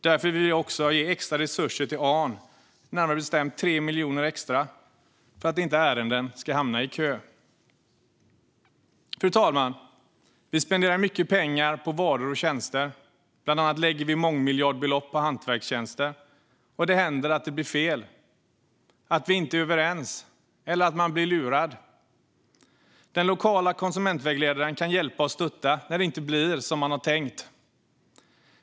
Därför vill vi även ge extra resurser till ARN, närmare bestämt 3 miljoner extra, för att ärenden inte ska hamna i kö. Fru talman! Vi spenderar mycket pengar på varor och tjänster. Bland annat lägger vi mångmiljonbelopp på hantverkstjänster. Det händer att det blir fel, att man inte är överens eller att man blir lurad. Den lokala konsumentvägledaren kan ge hjälp och stöd när något inte blir som man tänkt.